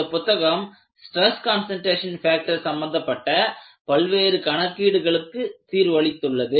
இந்தப் புத்தகம் stress concentration factor சம்பந்தப்பட்ட பல்வேறு கணக்கீடு களுக்கு தீர்வளித்தது